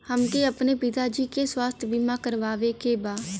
हमके अपने पिता जी के स्वास्थ्य बीमा करवावे के बा?